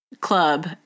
Club